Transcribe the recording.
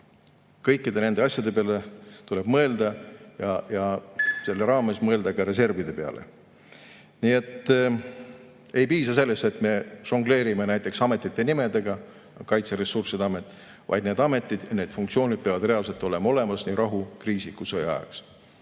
Kõikide nende asjade peale tuleb mõelda ja mõelda ka reservide peale. Nii et ei piisa sellest, et me žongleerime näiteks ametite nimedega – Kaitseressursside Amet –, vaid need ametid ja need funktsioonid peavad reaalselt olema olemas nii rahu-, kriisi- kui ka